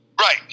Right